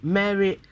Mary